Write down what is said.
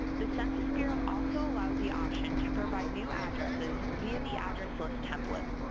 the census bureau also allows the option to provide new addresses via the address list template.